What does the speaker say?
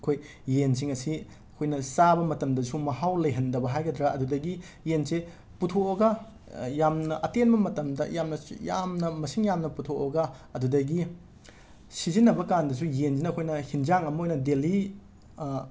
ꯑꯩꯈꯣꯏ ꯌꯦꯟꯁꯤꯡ ꯑꯁꯤ ꯑꯩꯈꯣꯏꯅ ꯆꯥꯕ ꯃꯇꯝꯗꯁꯨ ꯃꯍꯥꯎ ꯂꯩꯍꯟꯗꯕ ꯍꯥꯏꯒꯗ꯭ꯔ ꯑꯗꯨꯗꯒꯤ ꯌꯦꯟꯁꯦ ꯄꯨꯊꯣꯛꯑꯒ ꯌꯥꯝꯅ ꯑꯇꯦꯟꯕ ꯃꯇꯝꯗ ꯌꯥꯝꯅ ꯌꯥꯝꯅ ꯃꯁꯤꯡ ꯌꯥꯝꯅ ꯄꯨꯊꯣꯛꯑꯒ ꯑꯗꯨꯗꯒꯤ ꯁꯤꯖꯤꯟꯅꯕꯀꯥꯟꯗꯁꯨ ꯌꯦꯟꯁꯤꯅ ꯑꯩꯈꯣꯏꯅ ꯍꯤꯟꯖꯥꯡ ꯑꯃ ꯑꯣꯏꯅ ꯗꯦꯂꯤ